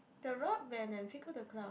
the rug then and tickle the clown